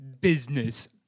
Business